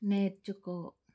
నేర్చుకో